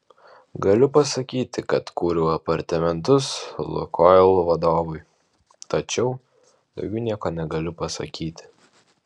galiu pasakyti kad kūriau apartamentus lukoil vadovui tačiau daugiau nieko negaliu pasakyti